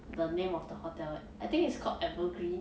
the name of the hotel eh I think it's called evergreen